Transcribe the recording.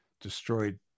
destroyed